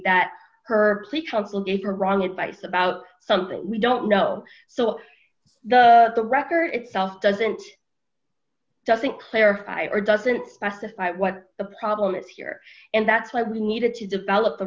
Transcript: paper wrong advice about something we don't know so the record itself doesn't doesn't clarify or doesn't specify what the problem is here and that's why we needed to develop the